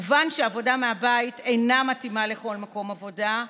מובן שעבודה מהבית אינה מתאימה לכל מקום עבודה,